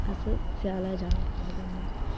अस स्याले जाना पसंद करने